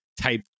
type